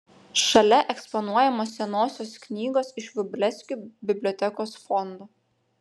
šalia eksponuojamos senosios knygos iš vrublevskių bibliotekos fondų